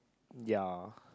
ya